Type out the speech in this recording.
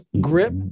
Grip